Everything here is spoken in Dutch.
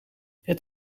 het